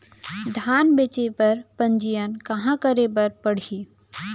धान बेचे बर पंजीयन कहाँ करे बर पड़ही?